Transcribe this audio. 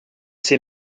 ses